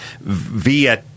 via